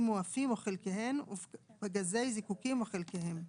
מועפים או חלקיהן ופגזי זיקוקין או חלקיהם".